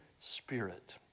spirit